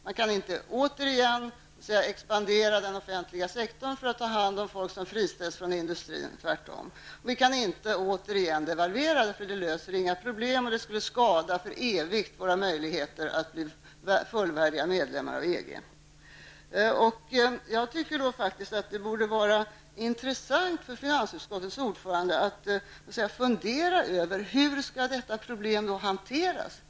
Man kan inte återigen expandera den offentliga sektorn för att ta hand om folk som friställs från industrin och tvärtom. Och vi kan inte återigen devalvera, för det löser inga problem och skulle för evigt skada våra möjligheter att bli fullvärdiga medlemmar av EG. Jag tycker att det borde vara intressant för finansutskottets ordförande att fundera över hur detta problem då skall hanteras.